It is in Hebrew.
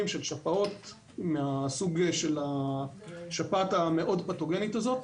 של שפעת מהסוג של השפעת המאוד פתוגנית הזאת.